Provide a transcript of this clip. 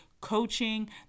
coaching